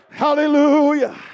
hallelujah